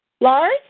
Lars